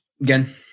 Again